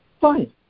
Fine